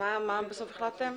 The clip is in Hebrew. מה בסוף החלטתם?